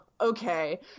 Okay